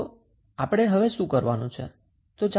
તો આપણે શું કરવાનું છે